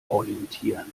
orientieren